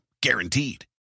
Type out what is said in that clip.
Guaranteed